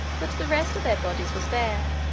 but the rest of their bodies was bare,